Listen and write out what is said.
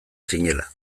zinela